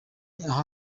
aha